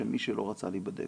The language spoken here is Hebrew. שמי שלא רצה להיבדק,